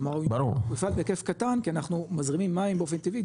כלומר הוא יפעל בהיקף קטן כי אנחנו מזרימים מים באופן טבעי,